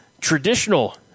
traditional